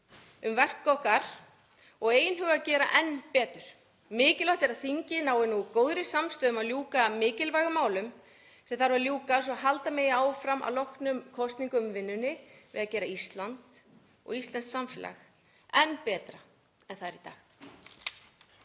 til verka okkar og einhuga um að gera enn betur. Mikilvægt er að þingið nái nú góðri samstöðu um að ljúka mikilvægum málum sem þarf að ljúka svo halda megi áfram að loknum kosningum vinnunni við að gera Ísland og íslenskt samfélag enn betra en það er í dag.